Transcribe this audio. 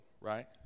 right